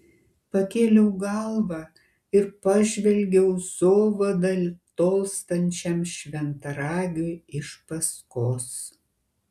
pakėliau galvą ir pažvelgiau zovada tolstančiam šventaragiui iš paskos